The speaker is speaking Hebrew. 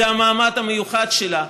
זה המעמד המיוחד שלה,